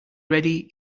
ready